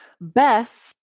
best